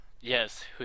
Yes